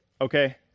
okay